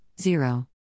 zero